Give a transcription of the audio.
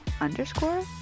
underscore